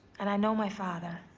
and i know my father.